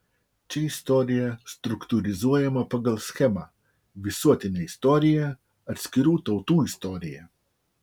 čia istorija struktūrizuojama pagal schemą visuotinė istorija atskirų tautų istorija